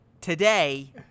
today